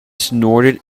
snorted